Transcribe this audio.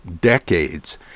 decades